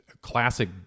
classic